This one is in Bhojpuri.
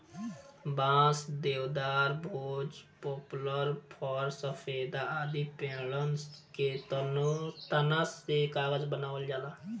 बांस, देवदार, भोज, पपलर, फ़र, सफेदा आदि पेड़न के तना से कागज बनावल जाला